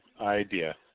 idea